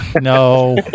No